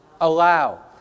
Allow